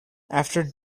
after